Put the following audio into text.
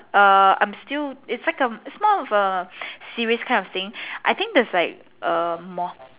err I'm still it's like a it's more of series kind of thing I think there's like a more